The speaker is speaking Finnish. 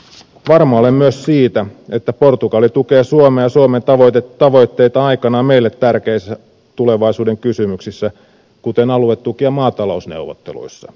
varma olen myös siitä että portugali tukee suomea ja suomen tavoitteita aikanaan meille tärkeissä tulevaisuuden kysymyksissä kuten aluetuki ja maatalousneuvotteluissa